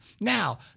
Now